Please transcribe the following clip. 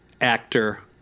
actor